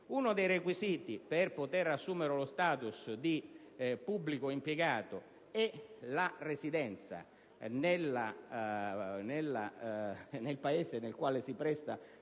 e costruttivi - per poter assumere lo *status* di pubblico impiegato è la residenza nel Paese nel quale si presta